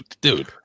dude